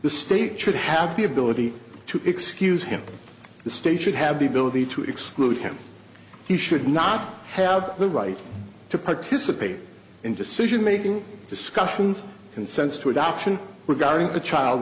the state should have the ability to excuse him the state should have the ability to exclude him he should not have the right to participate in decisionmaking discussions consents to adoption regarding the child